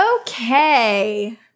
Okay